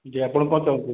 ଯେ ଆପଣ କ'ଣ ଚାହୁଁଛନ୍ତି